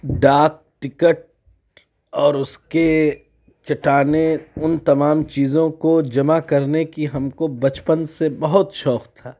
ڈاک ٹکٹ اور اُس کے چٹانیں اُن تمام چیزوں کو جمع کرنے کی ہم کو بچپن سے بہت شوق تھا